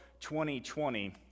2020